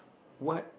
what